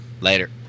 Later